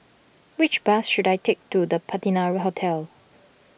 which bus should I take to the Patina Hotel